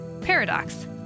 Paradox